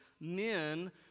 men